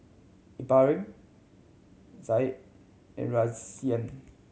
Ibrahim Said and Rayyan